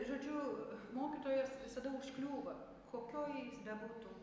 žodžiu mokytojas visada užkliūva kokioj jis bebūtų